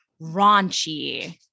raunchy